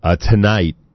tonight